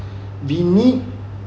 we need